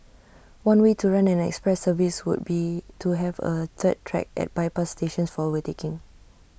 one way to run an express service would be to have A third track at bypass stations for overtaking